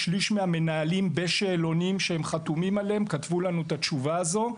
שליש מהמנהלים בשאלונים שהם חתומים עליהם כתבו לנו את התשובה הזו,